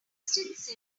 since